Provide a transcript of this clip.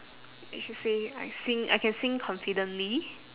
I should say I sing I can sing confidently